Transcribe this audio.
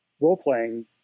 role-playing